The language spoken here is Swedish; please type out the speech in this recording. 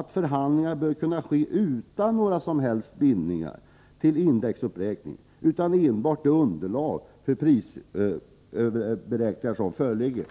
att förhandlingar bör kunna ske utan några som helst bindningar till indexuppräkning. Förhandlingarna skall enbart grundas på det underlag för prisberäkningar som föreligger.